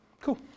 Cool